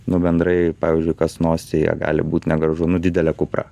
nu bendrai pavyzdžiui kas nosyje gali būt negražu nu didelė kupra